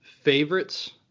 favorites